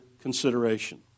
consideration